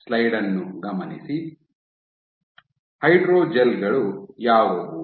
hydrogel ಗಳು ಯಾವುವು